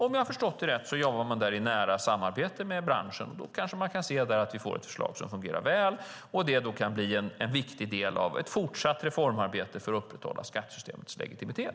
Om jag har förstått det rätt jobbar man där i nära samarbete med branschen, och då kanske vi får ett förslag som fungerar väl och som kan bli en viktig del av ett fortsatt reformarbete för att upprätthålla skattesystemets legitimitet.